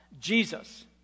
Jesus